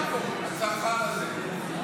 בבקשה, לרדת.